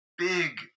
big